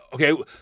okay